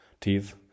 teeth